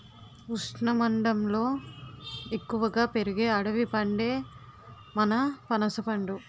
ఉష్ణమండలంలో ఎక్కువగా పెరిగే అడవి పండే మన పనసపండు